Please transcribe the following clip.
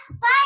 bye